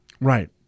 Right